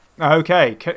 Okay